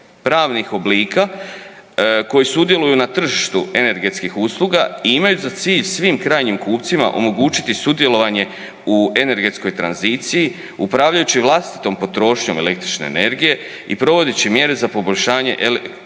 pravnih oblika koji sudjeluju na tržištu energetskih usluga imajući za cilj svim krajnjim kupcima omogućiti sudjelovanje u energetskoj tranziciji upravljajući vlastitom potrošnjom električne energije i provodeći mjere za poboljšanje energetske